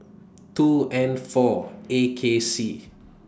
two N four A K C